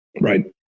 Right